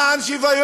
אנחנו למען שוויון.